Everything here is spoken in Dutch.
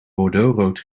bordeauxrood